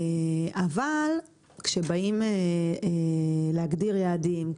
אבל כשבאים להגדיר יעדים,